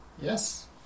Yes